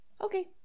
Okay